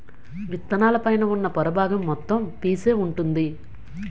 విత్తనాల పైన ఉన్న పొర బాగం మొత్తం పీసే వుంటుంది